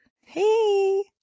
Hey